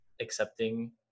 accepting